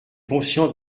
conscient